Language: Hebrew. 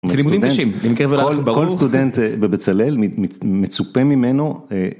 כל סטודנט בבצלאל מצופה ממנו.